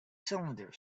cylinder